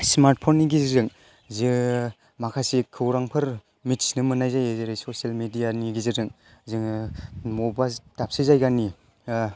smartphone नि गेजेरजों जे माखासे खौरांफोर मिथिनो मोननाय जायो जेरै ससियेल मिडिया नि गेजेरजों जोङो बबेबा दाबसे जायगानि